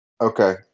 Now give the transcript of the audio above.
Okay